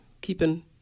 keeping